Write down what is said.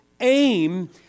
Aim